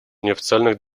неофициальных